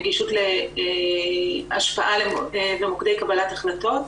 נגישות להשפעה במוקדי קבלת ההחלטות,